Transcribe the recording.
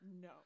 No